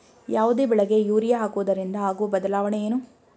ಯಾವುದೇ ಬೆಳೆಗೆ ಯೂರಿಯಾ ಹಾಕುವುದರಿಂದ ಆಗುವ ಬದಲಾವಣೆ ಏನು?